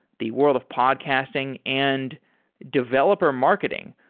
the world of podcasting and developer marketing,